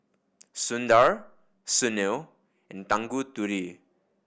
Sundar Sunil and Tanguturi